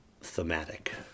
thematic